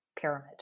pyramid